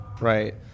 Right